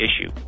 issue